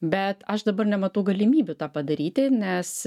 bet aš dabar nematau galimybių tą padaryti nes